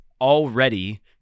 already